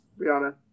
Rihanna